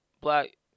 black